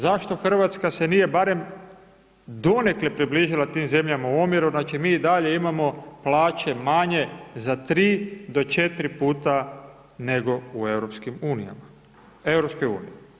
Zašto Hrvatska se nije barem donekle približila tim zemljama u omjeru, znači mi i dalje imamo plaće manje za 3 do 4 puta nego u EU.